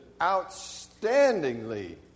outstandingly